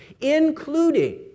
including